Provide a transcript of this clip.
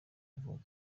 avuga